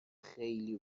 خیلی